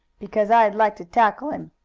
because i'd like to tackle him.